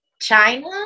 China